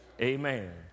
amen